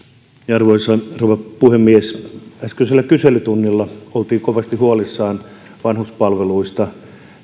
arvoisa rouva puhemies äskeisellä kyselytunnilla oltiin kovasti huolissaan vanhuspalveluista